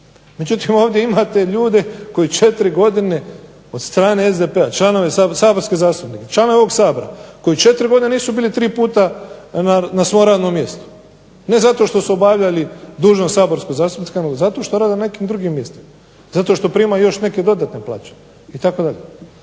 Međutim ovdje imate ljude koji četiri godine od strane SDP-a, članovi, saborski zastupnik, članovi ovog Sabora koji četiri godine nisu bili tri puta na svom radnom mjestu, ne zato što su obavljali dužnost saborskog zastupnika, nego zato što rade na nekim drugim mjestima, zato što primaju još neke dodatne plaće, itd.